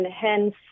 hence